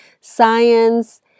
science